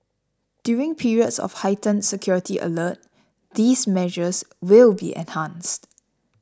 during periods of heightened security alert these measures will be enhanced